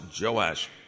Joash